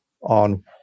on